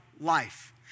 life